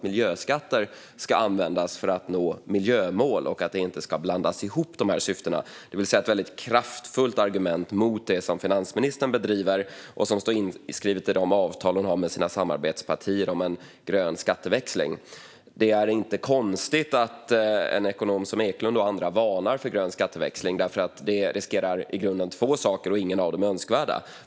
Miljöskatter ska användas för att nå miljömål. Dessa syften ska inte blandas ihop. Detta är ett väldigt kraftfullt argument mot det som finansministern bedriver och som står inskrivet i det avtal hon har med sina samarbetspartier om en grön skatteväxling. Det är inte konstigt att ekonomer som Eklund och andra varnar för grön skatteväxling. Detta riskerar nämligen i grunden två saker, och ingen av dem är önskvärd.